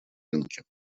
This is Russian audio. рынки